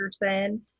person